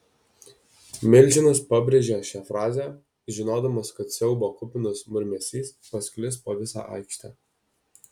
milžinas pabrėžė šią frazę žinodamas kad siaubo kupinas murmesys pasklis po visą aikštę